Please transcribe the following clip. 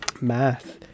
Math